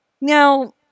now